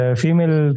female